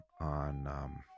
on